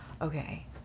Okay